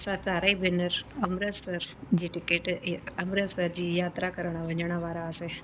असां चारि ई भेनरूं अमृतसर जी टिकेट इए अमृतसर जी यात्रा करणु वञणु वारा हुआसीं